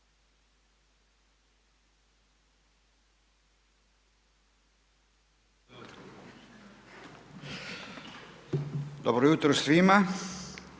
Dobro jutro svima.